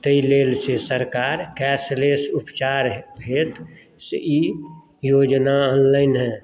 ताहि लेल से सरकार कैशलेस उपचार हेतु से ई योजना अनलनि हँ